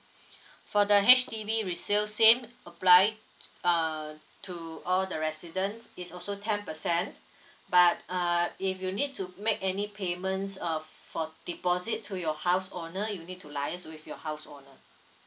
for the H_D_B resale same apply uh to all the residents it's also ten percent but uh if you need to make any payments uh for deposit to your house owner you need to liaise with your house owner